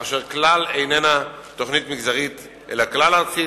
אשר כלל איננה תוכנית מגזרית אלא כלל-ארצית.